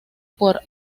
por